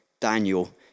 Daniel